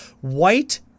White